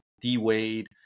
D-Wade